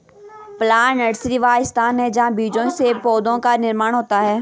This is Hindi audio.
प्लांट नर्सरी वह स्थान है जहां बीजों से पौधों का निर्माण होता है